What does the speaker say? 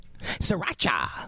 Sriracha